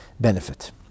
benefit